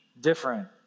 different